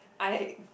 I